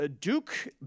Duke